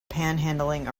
panhandling